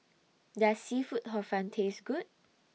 Does Seafood Hor Fun Taste Good